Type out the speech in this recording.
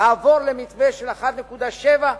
לעבור למתווה של 1.7%,